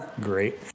great